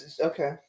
Okay